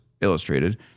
Illustrated